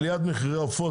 עליית מחירי העופות,